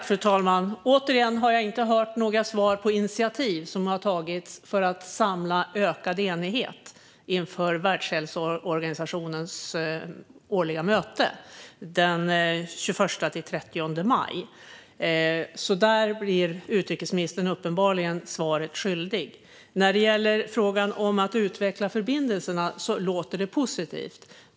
Fru talman! Återigen - jag har inte hört några svar om initiativ som har tagits för att uppnå ökad enighet inför Världshälsoorganisationens årliga möte den 21-30 maj. Där blir utrikesministern alltså uppenbarligen svaret skyldig. När det gäller frågan om att utveckla förbindelserna låter det positivt.